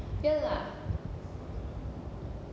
ya lah